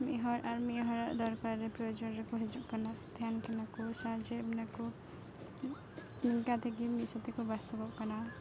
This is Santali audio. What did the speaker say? ᱢᱤᱫᱦᱚᱲ ᱟᱨ ᱢᱤᱫᱦᱚᱲᱟᱜ ᱫᱚᱨᱠᱟᱨ ᱨᱮ ᱯᱨᱳᱭᱳᱡᱚᱱᱨᱮ ᱠᱚ ᱦᱤᱡᱩᱜ ᱠᱟᱱᱟ ᱛᱟᱦᱮᱱ ᱠᱟᱱᱟᱠᱚ ᱥᱟᱦᱟᱡᱽᱡᱭᱮᱫ ᱵᱚᱱᱟᱠᱚ ᱮᱱᱠᱟᱹᱛᱮᱜᱮ ᱢᱤᱫᱥᱟᱶᱛᱮᱠᱚ ᱵᱟᱥᱚᱜᱚᱜ ᱠᱟᱱᱟ